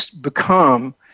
become